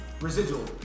residual